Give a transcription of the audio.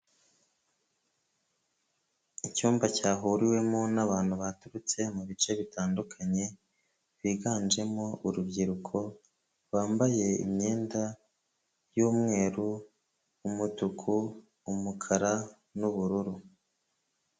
Icyumba cyahuriwemo n'abantu baturutse mubi bice bitandukanye biganjemo urubyiruko bambaye imyenda y'umweru umutuku umukara n'ubururu.